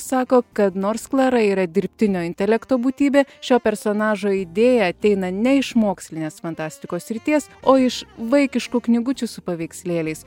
sako kad nors klara yra dirbtinio intelekto būtybė šio personažo idėja ateina ne iš mokslinės fantastikos srities o iš vaikiškų knygučių su paveikslėliais